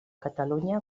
catalunya